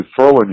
throwing